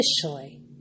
officially